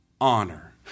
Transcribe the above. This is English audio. honor